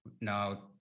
now